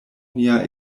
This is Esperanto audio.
nia